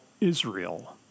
Israel